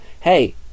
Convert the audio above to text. Hey